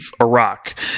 Iraq